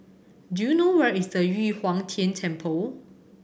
do you know where is the Yu Huang Tian Temple